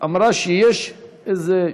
אמרה שיש איזה,